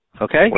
Okay